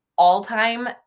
all-time